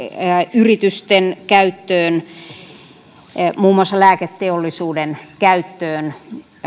yritysten käyttöön muun muassa lääketeollisuuden käyttöön